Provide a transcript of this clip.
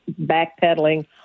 backpedaling